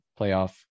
playoff